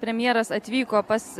premjeras atvyko pas